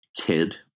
kid